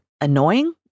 annoying